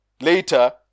later